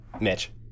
Mitch